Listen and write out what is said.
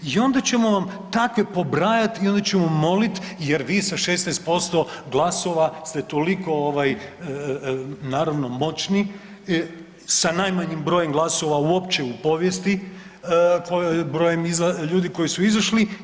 I onda ćemo vam takve pobrajati i onda ćemo moliti jer vi sa 16% glasova ste toliko naravno moćni sa najmanjim brojem glasova uopće u povijesti, brojem ljudi koji su izašli.